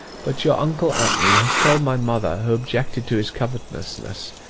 but your uncle antony has told my mother, who objected to his covetousness,